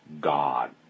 God